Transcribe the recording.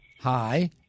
Hi